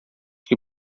que